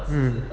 mm